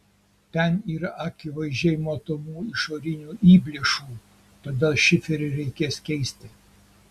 ten yra akivaizdžiai matomų išorinių įplėšų todėl šiferį reikės keisti